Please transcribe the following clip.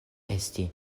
esti